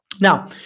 Now